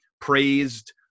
praised